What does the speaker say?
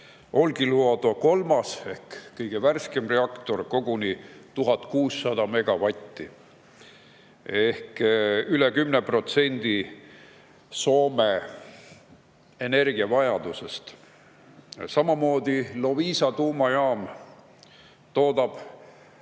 Olkiluoto kolmas ehk kõige värskem reaktor koguni 1600 megavatti ehk üle 10% Soome energiavajadusest. Loviisa tuumajaam toodab